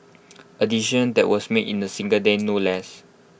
A decision that was made in A single day no less